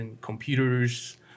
computers